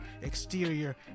exterior